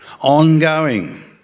ongoing